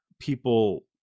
people